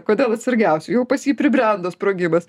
kodėl atsargiausiu jau pas jį pribrendo sprogimas